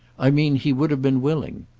i mean he would have been willing.